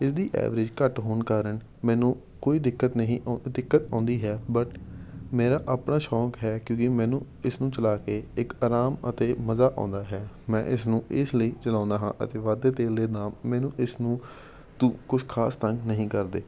ਇਸਦੀ ਐਵਰੇਜ ਘੱਟ ਹੋਣ ਕਾਰਨ ਮੈਨੂੰ ਕੋਈ ਦਿੱਕਤ ਨਹੀਂ ਓਂ ਦਿੱਕਤ ਆਉਂਦੀ ਹੈ ਬਟ ਮੇਰਾ ਆਪਣਾ ਸ਼ੌਕ ਹੈ ਕਿਉਂਕਿ ਮੈਨੂੰ ਇਸ ਨੂੰ ਚਲਾ ਕੇ ਇੱਕ ਆਰਾਮ ਅਤੇ ਮਜ਼ਾ ਆਉਂਦਾ ਹੈ ਮੈਂ ਇਸ ਨੂੰ ਇਸ ਲਈ ਚਲਾਉਂਦਾ ਹਾਂ ਅਤੇ ਵੱਧਦੇ ਤੇਲ ਦੇ ਦਾਮ ਮੈਨੂੰ ਇਸ ਨੂੰ ਤੁ ਕੁਛ ਖਾਸ ਤੰਗ ਨਹੀਂ ਕਰਦੇ